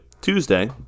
Tuesday